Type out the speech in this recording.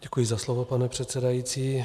Děkuji za slovo pane předsedající.